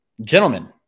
gentlemen